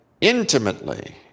intimately